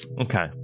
Okay